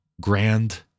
grand